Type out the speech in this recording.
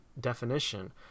definition